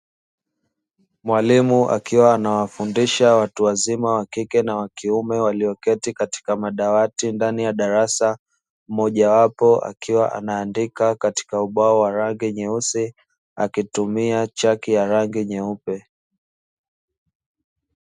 Mwalimu akiwa anawafundisha watu wazima wa kike na wa kiume walioketi katika madawati ndani ya darasa mojawapo akiwa anaandika katika ubao wa rangi nyeusi, akitumia chaki ya rangi nyeupe.